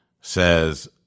says